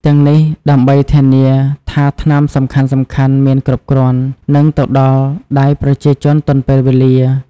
ទាំងនេះដើម្បីធានាថាថ្នាំសំខាន់ៗមានគ្រប់គ្រាន់ និងទៅដល់ដៃប្រជាជនទាន់ពេលវេលា។